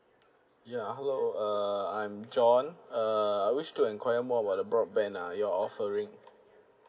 ya hello uh I'm john uh I wish to enquire more about the broadband ah you're offering